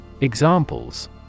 examples